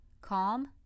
calm